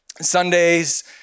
Sundays